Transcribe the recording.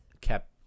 kept